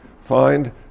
find